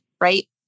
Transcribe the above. Right